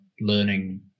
learning